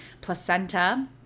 placenta